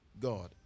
God